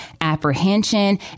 apprehension